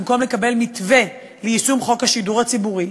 במקום לקבל מתווה ליישום חוק השידור הציבורי,